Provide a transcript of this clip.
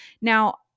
Now